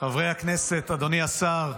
חברי הכנסת, אדוני השר,